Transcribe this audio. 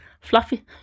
Fluffy